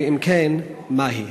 2. אם כן, מה היא?